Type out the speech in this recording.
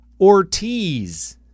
Ortiz